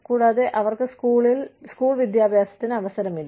കൂടാതെ അവർക്ക് സ്കൂൾ വിദ്യാഭ്യാസത്തിന് അവസരമില്ല